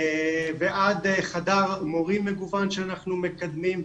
ועד חדר מורים מגוון שאנחנו מקדמים,